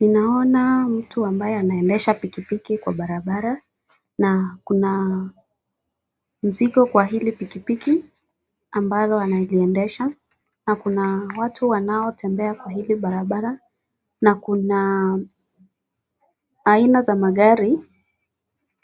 Ninaona mtu ambaye anaendesha pikipiki kwa barabara, na kuna mizigo kwa hili pikipiki analoliendesha na kuna watu wanaotembea kwa hili barabara, na kuna aina za magari,